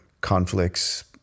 conflicts